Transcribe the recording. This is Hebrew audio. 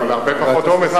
אבל הרבה פחות עומס,